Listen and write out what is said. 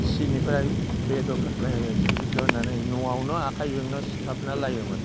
सिनिफ्राय बे सि गाननानै न'आवनो आखाइजोंनो सिथाबना लायोमोन